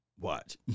watch